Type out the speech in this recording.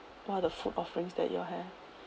what are the food offerings that you all have